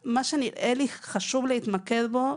מה שנראה לי חשוב להתמקד בו,